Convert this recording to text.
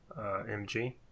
MG